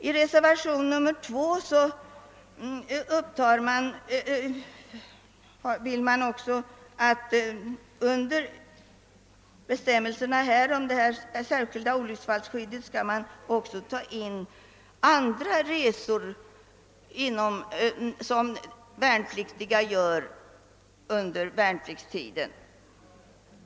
I reservation 2 vill man under nu ifrågavarande bestämmelser om det särskilda olycksfallsskyddet också ta in andra resor som värnpliktiga gör under värnpliktstiden.